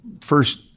First